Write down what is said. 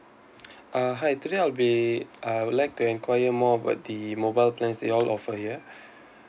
uh hi today I'll be I'd like to enquire more about the mobile plans that you all offer here